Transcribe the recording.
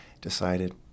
decided